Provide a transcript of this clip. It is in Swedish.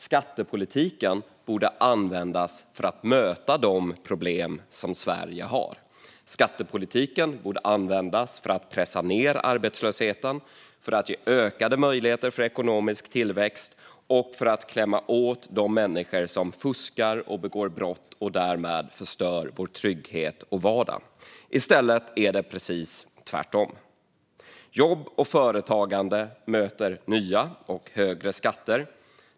Skattepolitiken borde användas för att möta de problem som Sverige har. Skattepolitiken borde användas för att pressa ned arbetslösheten, för att ge ökade möjligheter till ekonomisk tillväxt och för att klämma åt de människor som fuskar och begår brott och därmed förstör vår trygghet och vardag. I stället är det precis tvärtom. Jobb och företagande möter nya och högre skatter.